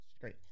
Great